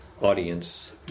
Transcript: audience